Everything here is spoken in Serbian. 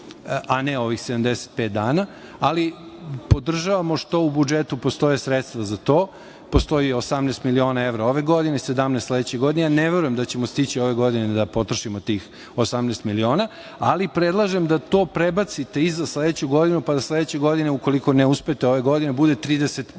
a ne ovih 75 dana, ali podržavamo što u budžetu postoje sredstva za to. Postoji 18 miliona evra ove godine, 17 sledeće godine. Ne verujem da ćemo stići ove godine da potrošimo tih 18 miliona, ali predlažem da to prebacite za sledeću godinu, pa da sledeće godine, ukoliko ne uspete ove godine, bude 35 miliona